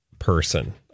person